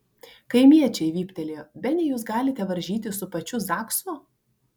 kaimiečiai vyptelėjo bene jūs galite varžytis su pačiu zaksu